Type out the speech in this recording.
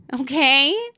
Okay